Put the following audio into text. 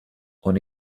und